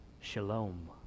shalom